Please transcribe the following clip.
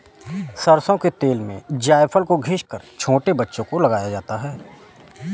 सरसों के तेल में जायफल को घिस कर छोटे बच्चों को लगाया जाता है